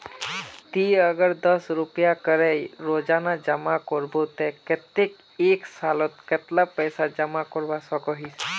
ती अगर दस रुपया करे रोजाना जमा करबो ते कतेक एक सालोत कतेला पैसा जमा करवा सकोहिस?